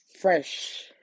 fresh